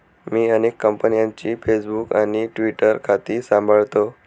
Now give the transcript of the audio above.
मी अनेक कंपन्यांची फेसबुक आणि ट्विटर खाती सांभाळतो